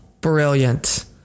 Brilliant